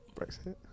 Brexit